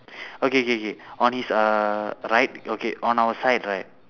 okay K K on his uh right okay on our side right